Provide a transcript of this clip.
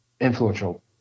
influential